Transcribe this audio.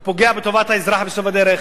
הוא פוגע בטובת האזרח, בסוף הדרך,